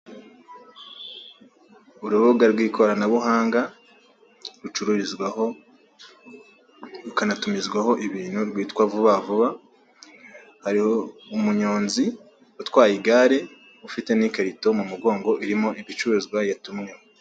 Urubuga rw' ikoranabuhanga rucururizwaho rukanatumizwaho ibintu rw' itwa Vuva vuba hariho umunyonzi utwaye igare ufite n' ikarito mu mugongo irimo ibicuruzwa yatumwe.